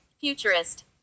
Futurist